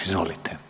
Izvolite.